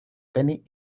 tenis